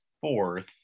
fourth